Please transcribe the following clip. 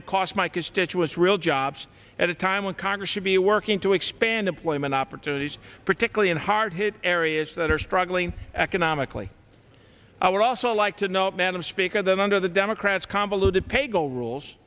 constituents real jobs at a time when congress should be working to expand employment opportunities particularly in hard hit areas that are struggling economically i would also like to know madam speaker that under the democrats convoluted paygo rules